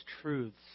truths